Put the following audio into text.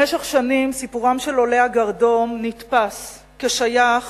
במשך שנים נתפס סיפורם של עולי הגרדום כשייך